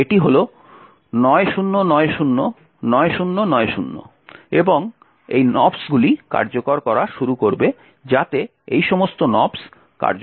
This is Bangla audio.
এটি হল 90909090 এবং এই nops গুলি কার্যকর করা শুরু করবে যাতে এই সমস্ত nops কার্যকর হয়